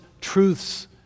truths